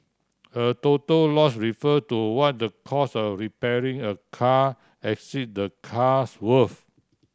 a total loss refer to what the cost of repairing a car exceed the car's worth